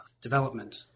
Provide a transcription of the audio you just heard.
development